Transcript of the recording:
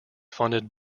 funded